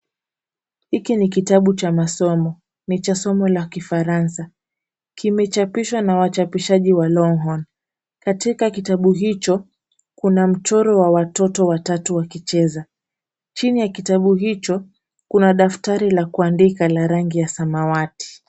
Hiki ni kitabu cha masomo, ni cha somo la Kifaransa. Kimechapishwa na wachapishaji wa(cs)Longhorn(cs). Katika kitabu hicho kuna mchoro wa watoto watatu wakicheza. Chini ya kitabu hicho kuna daftari la kuandika la rangi ya samawati.